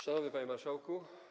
Szanowny Panie Marszałku!